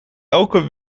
elke